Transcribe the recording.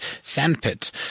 sandpit